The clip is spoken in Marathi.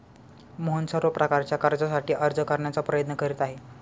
मोहन सर्व प्रकारच्या कर्जासाठी अर्ज करण्याचा प्रयत्न करीत आहे